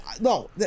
no